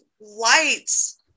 lights